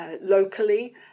locally